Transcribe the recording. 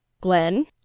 Glenn